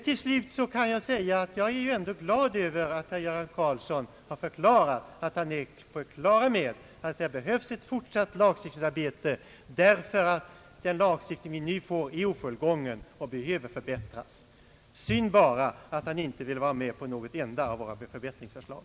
Till slut är jag ändå glad över att herr Göran Karlsson har sagt att han är på det klara med att det behövs ett fortsatt lagstiftningsarbete, därför att den lagstiftning vi nu får är ofullgången och behöver förbättras. Det är bara synd att han inte vill vara med om ett enda av våra förbättringsförslag.